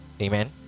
Amen